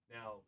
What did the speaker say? Now